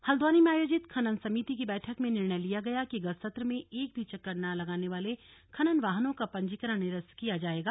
हल्द्वानी में आयोजित खनन समिति की बैठक में निर्णय लिया गया कि गत सत्र में एक भी चक्कर ना लगाने वाले खनन वाहनों का पंजीकरण निरस्त किया जाएगा